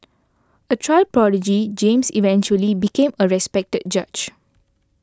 a child prodigy James eventually became a respected judge